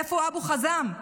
איפה אבו חזאם?"